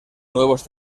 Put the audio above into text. nuevos